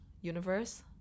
Universe